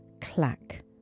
Clack